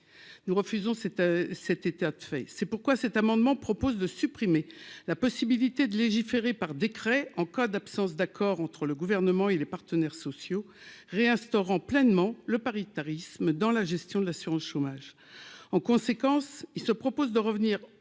nous refusons cet cet état de fait, c'est pourquoi cet amendement propose de supprimer la possibilité de légiférer par décret en cas d'absence d'accord entre le gouvernement et les partenaires sociaux réinstaurant pleinement le paritarisme dans la gestion de l'assurance chômage, en conséquence, il se propose de revenir